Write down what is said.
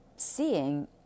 Seeing